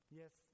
yes